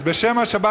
אז בשם השבת,